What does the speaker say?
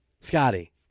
Scotty